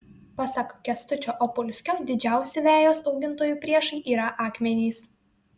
pasak kęstučio opulskio didžiausi vejos augintojų priešai yra akmenys